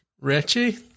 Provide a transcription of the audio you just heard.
Richie